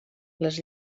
les